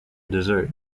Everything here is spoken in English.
dessert